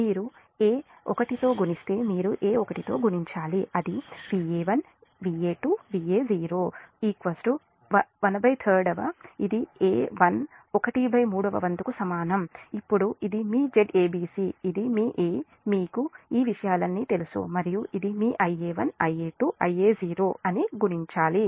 మీరు A 1 తో గుణిస్తే మీరు A 1 తో గుణించాలి అది Va1 Va2 Va0 13 వ ఇది A 1 13 వ వంతుకు సమానం అప్పుడు ఇది మీ Zabc ఇది మీ A మీకు ఈ విషయాలన్నీ తెలుసు మరియు ఇది మీ Ia1 Ia2 Ia0 అన్నీ గుణించాలి